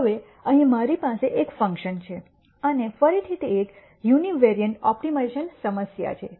હવે અહીં મારી પાસે એક ફંકશન છે અને ફરીથી તે એક યુનિવેરિએંટ ઓપ્ટિમાઇઝેશન સમસ્યા છે